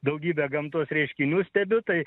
daugybę gamtos reiškinių stebiu tai